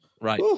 right